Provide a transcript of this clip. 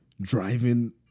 Driving